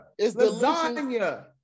Lasagna